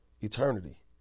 eternity